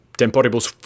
temporibus